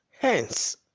Hence